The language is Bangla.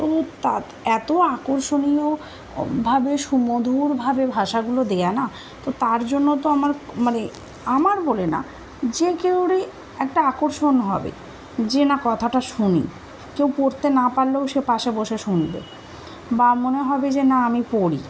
তো তা এত আকর্ষণীয়ভাবে সুমধুরভাবে ভাষাগুলো দেয়া না তো তার জন্য তো আমার মানে আমার বলে না যে কেউ রই একটা আকর্ষণ হবে যে না কথাটা শুনি কেউ পড়তে না পারলেও সে পাশে বসে শুনবে বা মনে হবে যে না আমি পড়ি